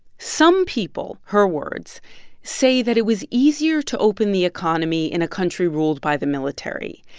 some people her words say that it was easier to open the economy in a country ruled by the military.